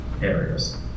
areas